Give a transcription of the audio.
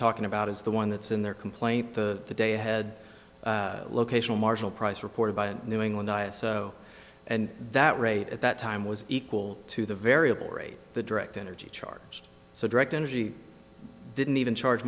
talking about is the one that's in their complaint the day ahead locational marginal price reported by new england diet so and that rate at that time was equal to the variable rate the direct energy charged so direct energy didn't even charge